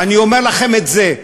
ואני אומר לכם את זה.